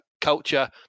culture